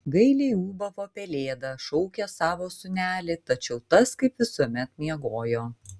gailiai ūbavo pelėda šaukė savo sūnelį tačiau tas kaip visuomet miegojo